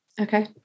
Okay